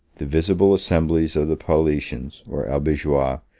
the visible assemblies of the paulicians, or albigeois,